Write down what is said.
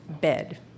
bed